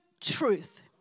truth